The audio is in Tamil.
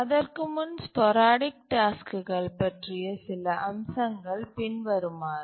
அதற்கு முன் ஸ்போரடிக் டாஸ்க்குகள் பற்றிய சில அம்சங்கள் பின்வருமாறு